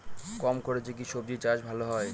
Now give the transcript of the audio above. কম খরচে কি সবজি চাষ ভালো হয়?